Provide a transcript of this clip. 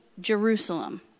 Jerusalem